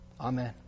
Amen